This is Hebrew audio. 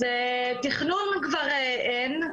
אז תכנון כבר אין,